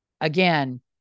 Again